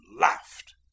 laughed